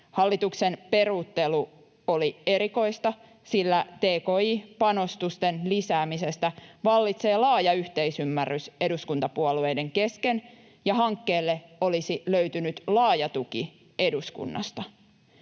Hallituksen peruuttelu oli erikoista, sillä tki-panostusten lisäämisestä vallitsee laaja yhteisymmärrys eduskuntapuolueiden kesken ja hankkeelle olisi löytynyt laaja tuki eduskunnasta.